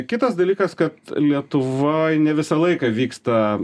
kitas dalykas kad lietuvoj ne visą laiką vyksta